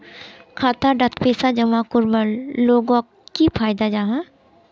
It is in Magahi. खाता डात पैसा जमा करवार लोगोक की फायदा जाहा?